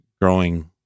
growing